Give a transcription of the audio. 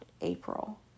April